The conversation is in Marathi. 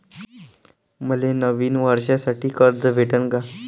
मले नवीन वर्षासाठी कर्ज भेटन का?